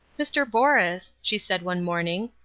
mr. borus, she said one morning,